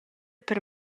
per